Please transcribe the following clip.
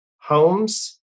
homes